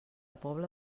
pobla